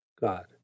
God